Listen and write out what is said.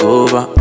over